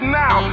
now